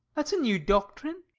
that's a new doctrine.